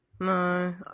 No